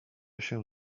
się